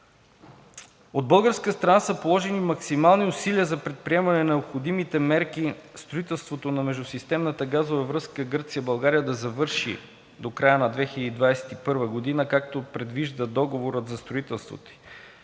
От българска страна са положени максимални усилия за предприемане на необходимите мерки строителството на Междусистемната газова връзка Гърция – България да завърши до края на 2021 г., както предвижда договорът за строителството